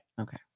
Okay